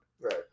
Right